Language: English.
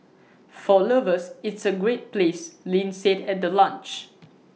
for lovers it's A great place Lin said at the launch